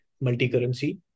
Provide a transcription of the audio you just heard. multi-currency